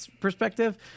perspective